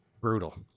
Brutal